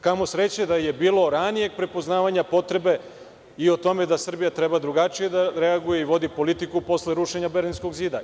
Kamo sreće da je bilo ranijeg prepoznavanja potrebe i o tome da Srbija treba drugačije da reaguje i vodi politiku posle rušenja Berlinskog zida.